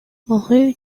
rue